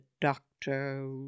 doctor